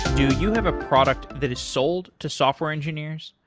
do you have a product that is sold to software engineers?